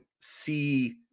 see